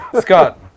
Scott